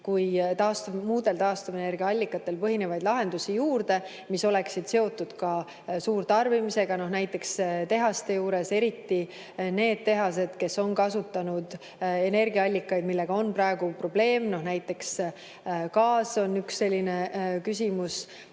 ka muudel taastuvenergia allikatel põhinevaid lahendusi, mis oleksid seotud suurtarbimisega, näiteks tehastes, eriti neis tehastes, mis on kasutanud energiaallikaid, millega on praegu probleeme. Näiteks gaas on üks selline, mis